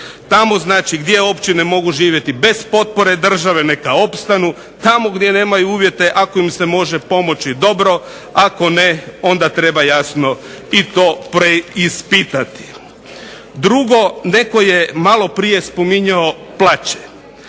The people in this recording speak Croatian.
Tamo znači gdje općine mogu živjeti bez potpore države neka opstanu. Tamo gdje nemaju uvjete ako im se može pomoći dobro, ako ne onda treba jasno i to preispitati. Drugo, netko je malo prije spominjao plaće.